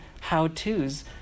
how-tos